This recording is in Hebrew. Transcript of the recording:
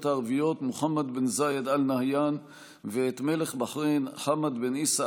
הערביות מוחמד בן זאייד אאל-נהיאן ואת מלך בחריין חמד בן עיסא